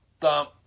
thump